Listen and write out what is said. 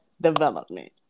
development